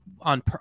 on